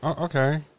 Okay